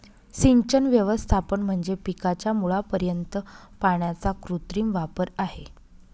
सिंचन व्यवस्थापन म्हणजे पिकाच्या मुळापर्यंत पाण्याचा कृत्रिम वापर आहे